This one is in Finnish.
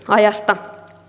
ajasta